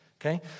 Okay